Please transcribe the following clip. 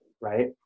right